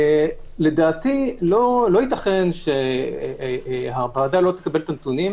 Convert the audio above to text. לדעתי לא ייתכן שהוועדה לא תקבל את הנתונים.